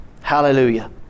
Hallelujah